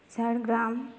Jhargram